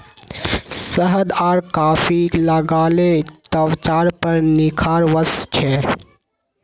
शहद आर कॉफी लगाले त्वचार पर निखार वस छे